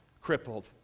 crippled